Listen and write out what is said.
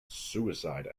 suicide